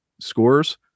scores